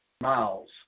Miles